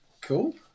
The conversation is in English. Cool